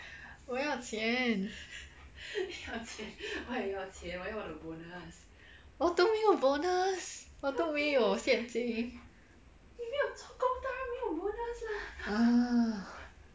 我要钱我都没有 bonus 我都没有现金 !hais!